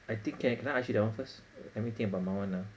I think can I listen to your one first let me think about my one ah